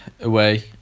away